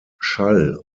schall